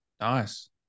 Nice